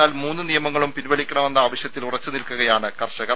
എന്നാൽ മൂന്ന് നിയമങ്ങളും പിൻവലിക്കണമെന്ന ആവശ്യത്തിൽ ഉറച്ചു നിൽക്കുകയാണ് കർഷകർ